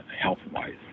health-wise